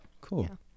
cool